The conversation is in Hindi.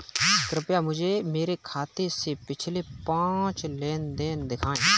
कृपया मुझे मेरे खाते से पिछले पाँच लेन देन दिखाएं